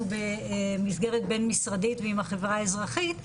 במסגרת בין-משרדית ועם החברה האזרחית,